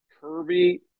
Kirby